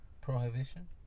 Prohibition